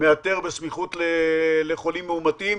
מאתר בסמיכות לחולים מאומתים,